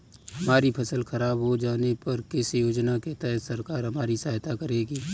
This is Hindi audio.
हमारी फसल खराब हो जाने पर किस योजना के तहत सरकार हमारी सहायता करेगी?